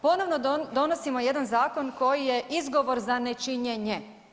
Ponovno donosimo jedan zakon koji je izgovor za nečinjenje.